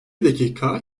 dakika